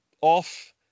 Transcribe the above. off